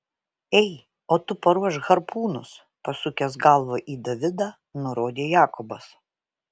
ei o tu paruošk harpūnus pasukęs galvą į davidą nurodė jakobas